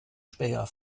speyer